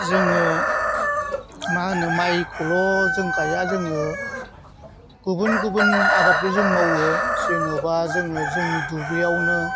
जोङो मा होनो माइखौल' जों गाया जोङो गुबुन गुबुन आबादबो जों मावो जेनेबा जोङो जोंनि दुब्लियावनो